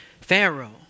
Pharaoh